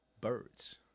Birds